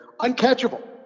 Uncatchable